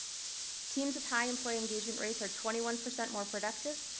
teams with high employee engagement rates are twenty one percent more productive,